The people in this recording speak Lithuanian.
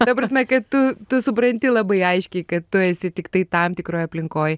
ta prasme kad tu tu supranti labai aiškiai kad tu esi tiktai tam tikroj aplinkoj